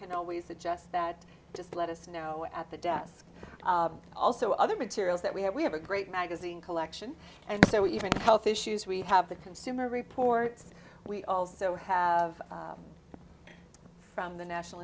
can always suggest that just let us know at the desk also other materials that we have we have a great magazine collection and so even health issues we have the consumer reports we also have from the national